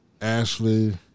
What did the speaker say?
Ashley